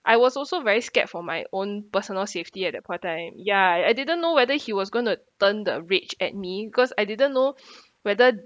I was also very scared for my own personal safety at the point of time ya I didn't know whether he was going to turn the rage at me because I didn't know whether